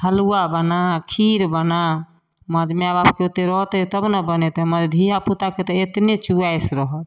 हलुआ बना खीर बना महज माए बापके ओते रहतै तब ने बनेतै महज धियापुताके तऽ एतने चॉइस रहत